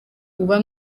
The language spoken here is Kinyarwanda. uba